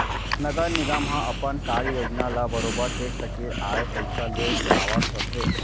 नगर निगम ह अपन कार्य योजना ल बरोबर टेक्स के आय पइसा ले चलावत रथे